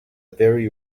very